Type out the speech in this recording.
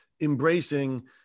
embracing